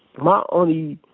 my only